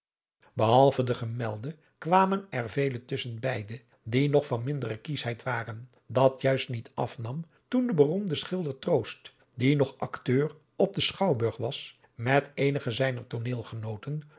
behalve de gemelde kwamen er vele tusschen beide die nog van mindere kieschheid waren dat juist niet afnam toen de beroemde schilder troost die nog acteur op den schouwburg was met eenige zijner tooneelgenooten